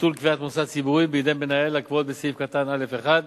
לביטול קביעת מוסד ציבורי בידי המנהל הקבועות בסעיף קטן (א1)